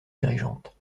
dirigeantes